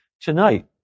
Tonight